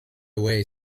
away